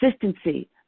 consistency